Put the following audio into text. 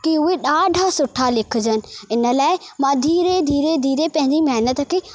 की उहे ॾाढा सुठा लिखिजनि इन लाइ मां धीरे धीरे धीरे पंहिंजी महिनत खे